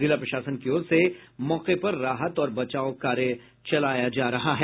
जिला प्रशासन की ओर से मौके पर राहत और बचाव कार्य चलाया जा रहा है